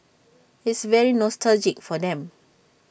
it's very nostalgic for them